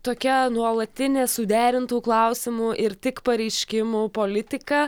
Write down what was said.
tokia nuolatinė suderintų klausimų ir tik pareiškimų politika